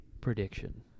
prediction